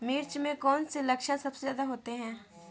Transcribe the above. मिर्च में कौन से लक्षण सबसे ज्यादा होते हैं?